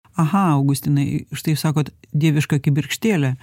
aha augustinai štai jūs sakot dieviška kibirkštėlė